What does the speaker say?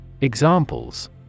Examples